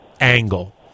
angle